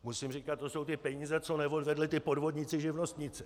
Musím říkat: To jsou ty peníze, co neodvedli ti podvodníci živnostníci.